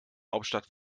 hauptstadt